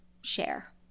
share